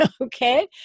Okay